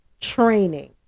training